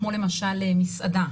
כמו למשל מסעדה